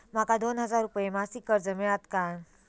माका दोन हजार रुपये मासिक कर्ज मिळात काय?